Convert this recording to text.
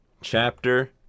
chapter